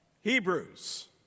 Hebrews